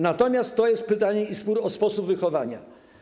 Natomiast to jest pytanie i spór o sposób wychowania.